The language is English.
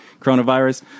coronavirus